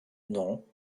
non